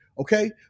Okay